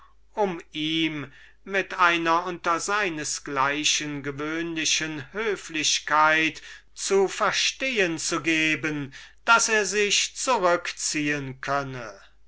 um ihm mit einer unter seines gleichen gewöhnlichen höflichkeit zu verstehen zu geben daß er sich zurückziehen könne